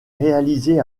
réalisée